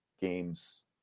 games